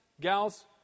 gals